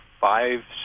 five